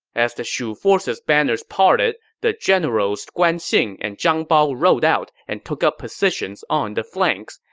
as the shu forces' banners parted, the generals guan xing and zhang bao rode out and took up position on the flanks.